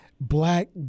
Black